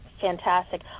fantastic